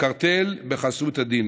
לקרטל בחסות הדין,